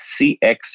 CX